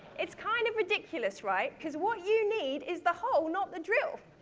it's kind of ridiculous, right? because what you need is the hole, not the drill.